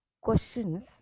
questions